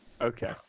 Okay